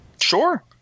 Sure